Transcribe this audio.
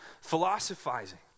philosophizing